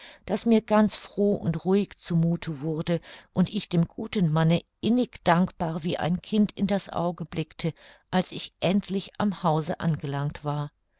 daß mir ganz froh und ruhig zu muthe wurde und ich dem guten manne innig dankbar wie ein kind in das auge blickte als ich endlich am hause angelangt war